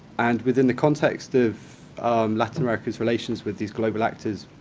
and within the context of latin america's relations with these global actors,